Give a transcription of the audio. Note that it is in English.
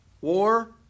War